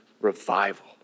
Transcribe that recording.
Revival